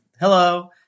hello